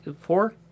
Four